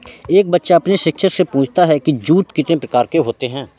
एक बच्चा अपने शिक्षक से पूछता है कि जूट कितने प्रकार के होते हैं?